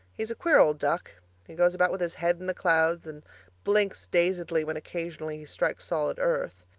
he's a queer old duck he goes about with his head in the clouds and blinks dazedly when occasionally he strikes solid earth.